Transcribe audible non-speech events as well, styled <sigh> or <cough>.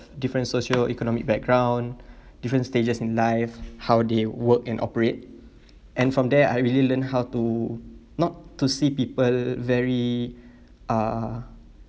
different socio economic background <breath> different stages in life how they work and operate and from there I really learn how to not to see people very uh